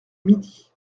midi